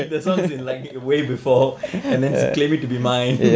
leak the songs in like way before and then claim it to be mine